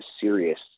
serious